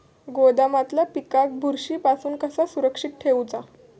गोदामातल्या पिकाक बुरशी पासून कसा सुरक्षित ठेऊचा?